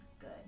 good